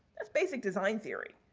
that's basic design theory.